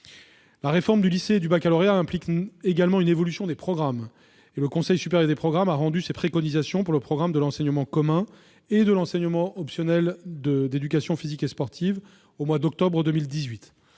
La réforme du lycée et du baccalauréat implique également une évolution des programmes. Le Conseil supérieur des programmes, le CSP, a rendu ses préconisations pour le programme de l'enseignement commun et de l'enseignement optionnel d'EPS au mois d'octobre 2018.